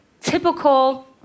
typical